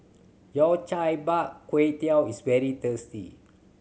Yao Cai bak kwey teow is very thirsty